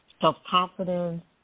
self-confidence